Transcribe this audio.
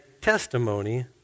testimony